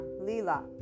Lila